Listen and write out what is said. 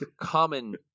common